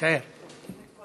לי דקה להגיד